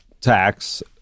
tax